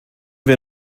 wir